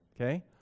okay